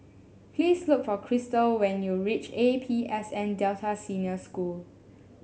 please look for Christel when you reach A P S N Delta Senior School